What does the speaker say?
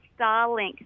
Starlink